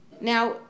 Now